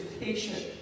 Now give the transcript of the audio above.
patient